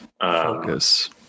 Focus